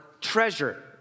treasure